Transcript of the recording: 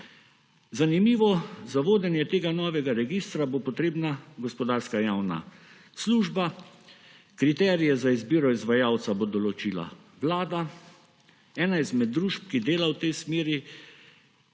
Zanimivo, za vodenje tega novega registra bo potrebna gospodarska javna služba, kriterije za izbiro izvajalca bo določila Vlada, ena izmed družb, ki dela v tej smeri,